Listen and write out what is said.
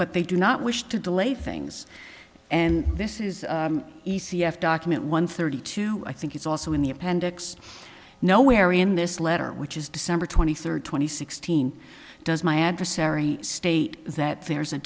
but they do not wish to delay things and this is e c f document one thirty two i think it's also in the appendix nowhere in this letter which is december twenty third twenty sixteen does my adversary state that there's a